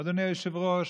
אדוני היושב-ראש,